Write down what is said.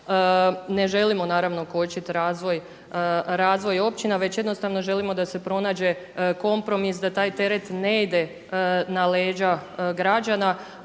Ne želimo naravno kočiti razvoj općina već jednostavno želimo da se pronađe kompromis da taj teret ne ide na leđa građana